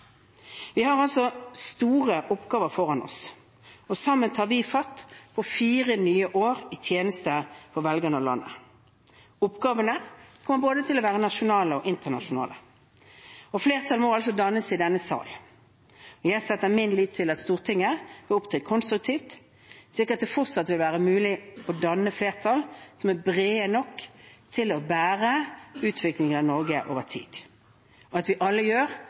Vi har altså store oppgaver foran oss, og sammen tar vi fatt på fire nye år i tjeneste for velgerne og landet. Oppgavene kommer til å være både nasjonale og internasjonale, og flertall må altså dannes i denne sal. Jeg setter min lit til at Stortinget vil opptre konstruktivt, slik at det fortsatt vil være mulig å danne flertall som er brede nok til å bære utviklingen av Norge over tid, at vi alle gjør